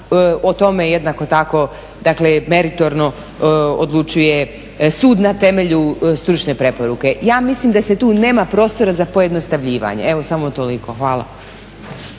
o tome jednako tako, dakle meritorno odlučuje sud na temelju stručne preporuke. Ja mislim da se tu nema prostora za pojednostavljivanje. Evo samo toliko. Hvala.